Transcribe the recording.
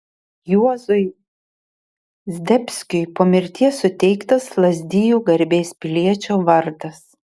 juozui zdebskiui po mirties suteiktas lazdijų garbės piliečio vardas